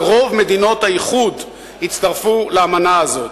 ורוב מדינות האיחוד הצטרפו לאמנה הזאת.